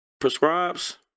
prescribes